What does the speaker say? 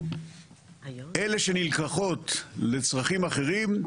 אלה שנלקחות לצרכים אחרים,